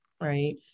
right